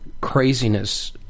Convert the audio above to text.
craziness